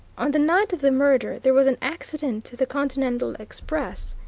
on the night of the murder there was an accident to the continental express.